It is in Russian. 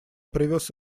привез